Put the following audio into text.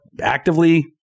actively